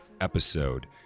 episode